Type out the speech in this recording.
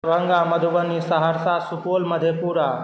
Darbhanga Madhubani Saharsa Supaul Madhepura